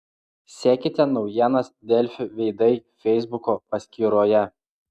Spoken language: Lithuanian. sekite naujienas delfi veidai feisbuko paskyroje